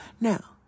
Now